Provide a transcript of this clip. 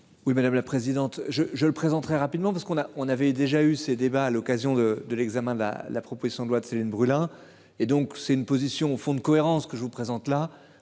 Oui madame la présidente, je je le présenterai rapidement parce qu'on a, on avait déjà eu ces débats à l'occasion de de l'examen de la la proposition de loi de Céline Brulin, et donc c'est une position au fond de cohérence que je vous présente là